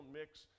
mix